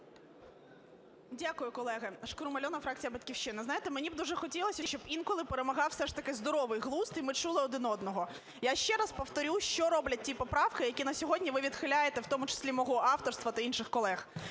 Дякую, колеги. Шкрум Альона, фракція "Батьківщина". Знаєте, мені б дуже хотілося, щоб інколи перемагав все ж таки здоровий глузд і ми чули один одного. Я ще раз повторю, що роблять ті поправки, які на сьогодні ви відхиляєте, в тому числі мого авторства та інших колег.